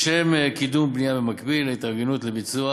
לשם קידום בנייה במקביל להתארגנות לביצוע